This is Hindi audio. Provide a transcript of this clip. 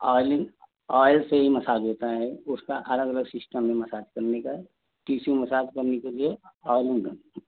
ऑयलिंग आयल से ही मसाज होता है उसका अलग अलग सिस्टम है मसाज करने का टीशु मसाज करने के लिए ऑयलिंग है